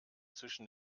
zwischen